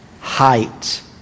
height